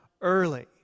early